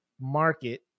market